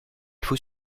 faut